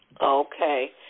Okay